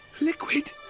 Liquid